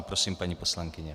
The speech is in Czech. Prosím, paní poslankyně.